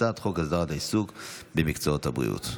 הצעת חוק הסדרת העיסוק במקצועות הבריאות.